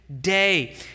day